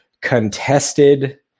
contested